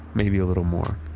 maybe a little more.